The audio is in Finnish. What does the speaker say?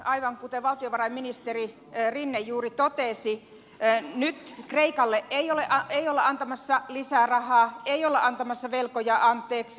aivan kuten valtiovarainministeri rinne juuri totesi nyt kreikalle ei olla antamassa lisää rahaa ei olla antamassa velkoja anteeksi